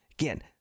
Again